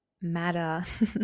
matter